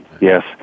Yes